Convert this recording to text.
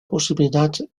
posibilidad